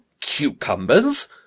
cucumbers